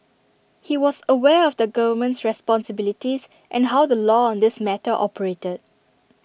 he was aware of the government's responsibilities and how the law on this matter operated